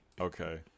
Okay